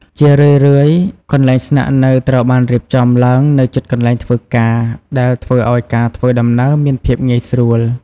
ជារឿយៗ កន្លែងស្នាក់នៅត្រូវបានរៀបចំឡើងនៅជិតកន្លែងធ្វើការ ដែលធ្វើឱ្យការធ្វើដំណើរមានភាពងាយស្រួល ។